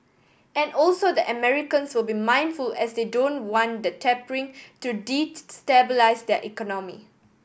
and also the Americans will be mindful as they don't want the tapering to destabilise their economy